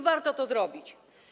Warto to zrobić.